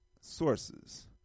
sources